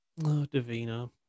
Davina